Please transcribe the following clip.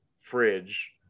fridge